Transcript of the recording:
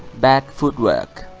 bad footwork